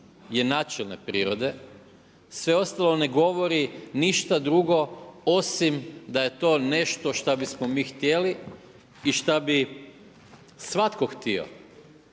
je načelne prirode, sve ostalo ne govori ništa drugo osim da je to nešto što bismo mi htjeli i što bi svatko htio.